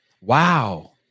Wow